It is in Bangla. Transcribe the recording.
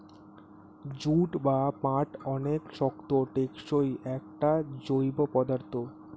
জুট বা পাট অনেক শক্ত, টেকসই একটা জৈব পদার্থ